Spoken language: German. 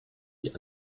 die